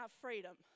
freedom